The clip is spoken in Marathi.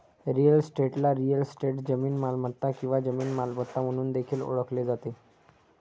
रिअल इस्टेटला रिअल इस्टेट, जमीन मालमत्ता किंवा जमीन मालमत्ता म्हणून देखील ओळखले जाते